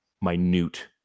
minute